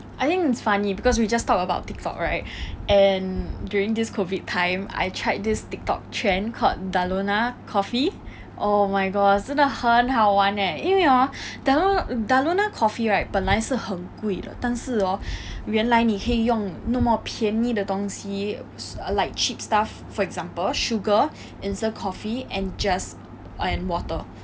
I think it's funny because we just talk about Tiktok right and during this COVID time I tried this Tiktok trend called dalgona coffee oh my gosh 真的很好玩 leh 因为 hor dalg~ dalgona coffee right 本来是很贵的但是 hor 原来你可以用那么便宜的东西 err like cheap stuff for example sugar instant coffee and just and water